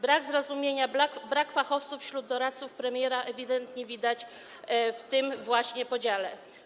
Brak zrozumienia, brak fachowców wśród doradców premiera ewidentnie widać w tym właśnie podziale.